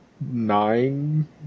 nine